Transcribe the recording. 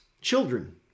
children